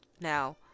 Now